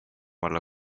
olla